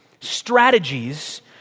strategies